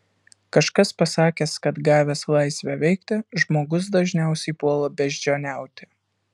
kažkas pasakęs kad gavęs laisvę veikti žmogus dažniausiai puola beždžioniauti